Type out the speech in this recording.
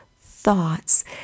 thoughts